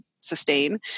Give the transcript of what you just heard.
sustain